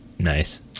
nice